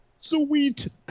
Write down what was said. sweet